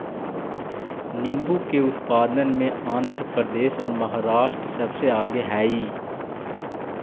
नींबू के उत्पादन में आंध्र प्रदेश और महाराष्ट्र सबसे आगे हई